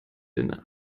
den